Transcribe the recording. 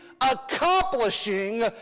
accomplishing